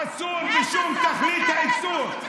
אסור בתכלית האיסור,